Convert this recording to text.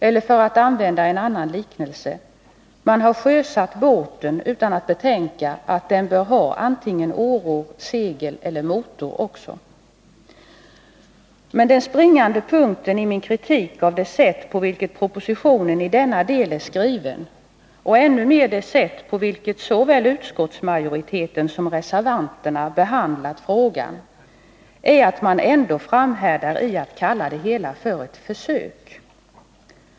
Eller för att använda en annan liknelse: Man har sjösatt båten utan att betänka att den bör ha antingen åror, segel eller motor också. Den springande punkten i min kritik av det sätt på vilket propositionen i denna del är skriven, och ännu mer av det sätt på vilket såväl utskottsmajoriteten som reservanterna behandlat frågan, är att man ändå framhärdar i att kalla det hela för ett försök.